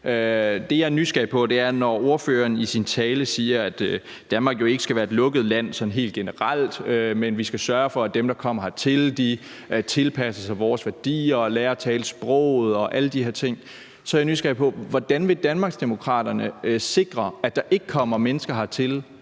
det var en fin vedtagelsestekst. Når ordføreren i sin tale siger, at Danmark jo ikke skal være et lukket land sådan helt generelt, men at vi skal sørge for, at dem, der kommer hertil, tilpasser sig vores værdier og lærer at tale sproget og alle de her ting, er jeg nysgerrig på, hvordan Danmarksdemokraterne vil sikre, at der ikke kommer mennesker hertil,